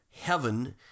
heaven